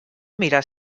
mirar